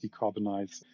decarbonize